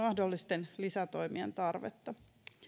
mahdollisten lisätoimien tarvetta